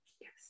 Yes